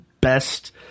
best